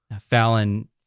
Fallon